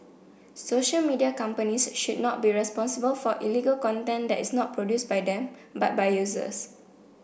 social media companies should not be responsible for illegal content that is not produced by them but by users